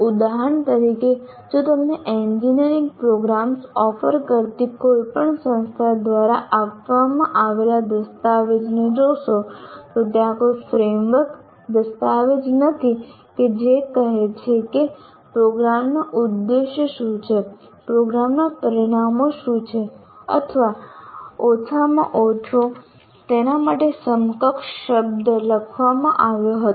ઉદાહરણ તરીકે જો તમે એન્જિનિયરિંગ પ્રોગ્રામ્સ ઓફર કરતી કોઈપણ સંસ્થા દ્વારા આપવામાં આવેલા દસ્તાવેજને જોશો તો ત્યાં કોઈ ફ્રેમવર્ક દસ્તાવેજ નથી કે જે કહે છે કે પ્રોગ્રામના ઉદ્દેશો શું છે પ્રોગ્રામના પરિણામો શું છે અથવા ઓછામાં ઓછો તેના માટે સમકક્ષ શબ્દ લખવામાં આવ્યો હતો